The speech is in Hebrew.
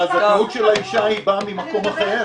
אבל הזכאות של האישה היא באה ממקום אחר,